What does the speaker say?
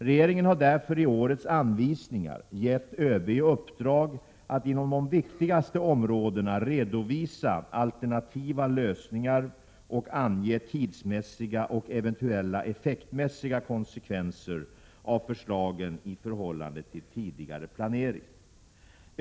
Regeringen har därför i årets anvisningar gett ÖB i uppdrag att inom de viktigaste områdena redovisa alternativa lösningar och ange tidsmässiga och eventuella effektsmässiga konsekvenser av förslagen i förhållande till tidigare planering.